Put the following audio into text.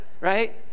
right